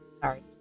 Sorry